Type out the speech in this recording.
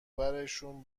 برشون